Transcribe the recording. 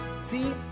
See